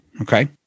okay